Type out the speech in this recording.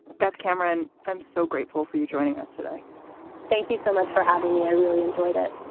beth cameron, i'm so grateful for you joining us today thank you so much for having me. i really enjoyed it